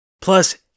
Plus